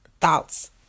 thoughts